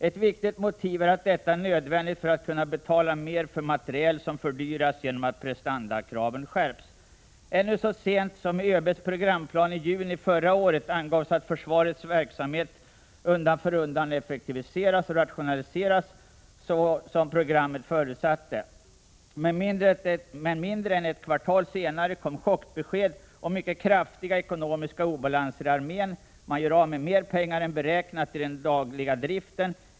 Ett viktigt motiv är att detta är nödvändigt för att kunna betala mer för materiel som fördyras genom att prestandakraven skärps. Ännu så sent som i ÖB:s programplan i juni förra året angavs att försvarets verksamhet undan för undan effektiveras och rationaliseras så som programmet förutsatte. Men mindre än ett kvartal senare kom chockbesked om mycket kraftiga ekonomiska obalanser i armén. Man gör av med mer pengar än beräknat i den dagliga driften.